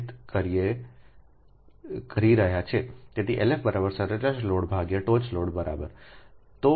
તેથી LF સરેરાશ load ટોચ લોડ બરાબર